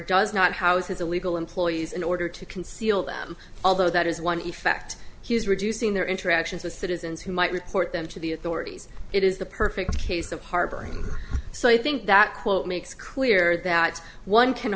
does not houses illegal employees in order to conceal them although that is one effect he is reducing their interactions with citizens who might report them to the authorities it is the perfect case of harboring so i think that quote makes clear that one can